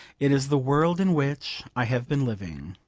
it is the world in which i have been living.